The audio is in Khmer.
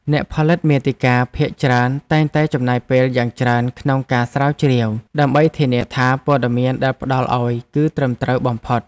អ្នកផលិតមាតិកាភាគច្រើនតែងតែចំណាយពេលយ៉ាងច្រើនក្នុងការស្រាវជ្រាវ ដើម្បីធានាថាព័ត៌មានដែលផ្ដល់ឱ្យគឺត្រឹមត្រូវបំផុត។